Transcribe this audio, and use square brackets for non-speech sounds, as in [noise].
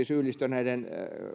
[unintelligible] syyllistyneiden